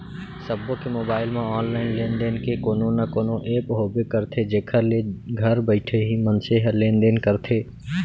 सबो के मोबाइल म ऑनलाइन लेन देन के कोनो न कोनो ऐप होबे करथे जेखर ले घर बइठे ही मनसे ह लेन देन करथे